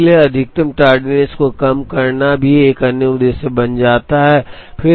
इसलिए अधिकतम टार्डनेस को कम करना भी एक अन्य उद्देश्य बन जाता है